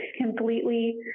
completely